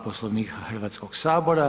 Poslovnika Hrvatskoga sabora.